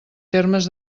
termes